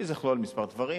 שזה יכלול כמה דברים.